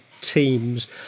teams